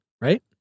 right